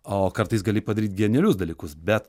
o kartais gali padaryt genialius dalykus bet